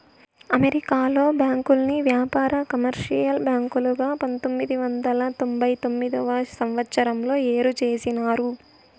అమెరికాలో బ్యాంకుల్ని వ్యాపార, కమర్షియల్ బ్యాంకులుగా పంతొమ్మిది వందల తొంభై తొమ్మిదవ సంవచ్చరంలో ఏరు చేసినారు